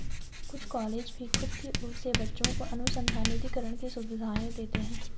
कुछ कॉलेज भी खुद की ओर से बच्चों को अनुसंधान निधिकरण की सुविधाएं देते हैं